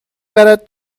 برد